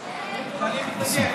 שאני מתנגד.